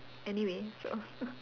anyway so